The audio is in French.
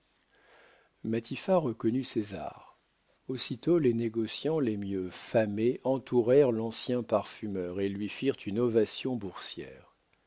reconnut césar aussitôt les négociants les mieux famés entourèrent l'ancien parfumeur et lui firent une ovation